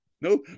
No